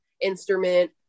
instrument